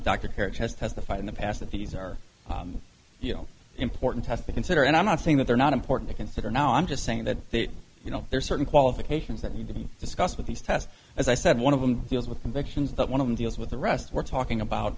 doctor character has testified in the past that these are you know important test to consider and i'm not saying that they're not important to consider now i'm just saying that they you know there are certain qualifications that need to be discussed with these tests as i said one of them deals with convictions that one of them deals with the rest we're talking about